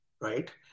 right